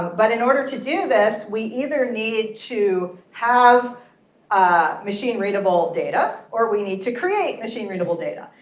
but in order to do this, we either need to have ah machine readable data, or we need to create machine readable data.